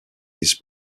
his